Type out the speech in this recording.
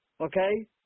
okay